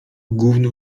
gówno